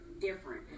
different